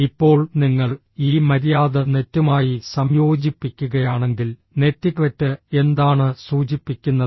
ഇപ്പോൾ നിങ്ങൾ ഈ മര്യാദ നെറ്റുമായി സംയോജിപ്പിക്കുകയാണെങ്കിൽ നെറ്റിക്വെറ്റ് എന്താണ് സൂചിപ്പിക്കുന്നത്